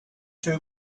two